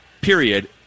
period